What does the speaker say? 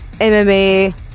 MMA